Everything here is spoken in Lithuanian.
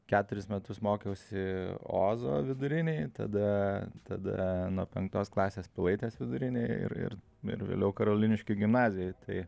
keturis metus mokiausi ozo vidurinėj tada tada nuo penktos klasės pilaitės vidurinėj ir ir ir vėliau karoliniškių gimnazijoj tai